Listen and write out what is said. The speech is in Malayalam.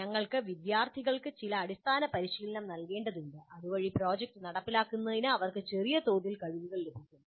ഞങ്ങൾക്ക് വിദ്യാർത്ഥികൾക്ക് ചില അടിസ്ഥാന പരിശീലനം നൽകേണ്ടതുണ്ട് അതുവഴി പ്രോജക്റ്റ് നടപ്പിലാക്കുന്നതിന് അവർക്ക് ചെറിയതോതിൽ കഴിവുകൾ ലഭിക്കും